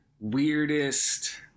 weirdest